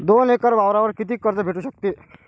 दोन एकर वावरावर कितीक कर्ज भेटू शकते?